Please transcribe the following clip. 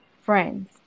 friends